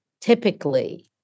typically